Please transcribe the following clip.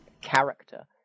character